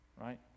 right